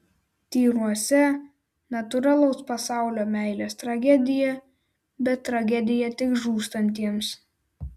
tyruose natūralaus pasaulio meilės tragedija bet tragedija tik žūstantiems